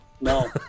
no